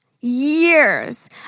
Years